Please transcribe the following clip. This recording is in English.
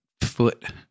foot